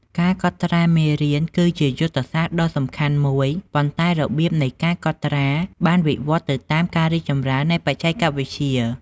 ការកត់ត្រាមេរៀនគឺជាយុទ្ធសាស្ត្រសិក្សាដ៏សំខាន់មួយ ប៉ុន្តែរបៀបនៃការកត់ត្រាបានវិវត្តន៍ទៅតាមការរីកចម្រើននៃបច្ចេកវិទ្យា។